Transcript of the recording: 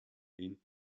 den